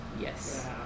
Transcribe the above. Yes